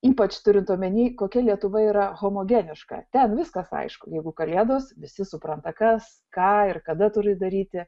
ypač turint omeny kokia lietuva yra homogeniška ten viskas aišku jeigu kalėdos visi supranta kas ką ir kada turi daryti